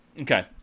okay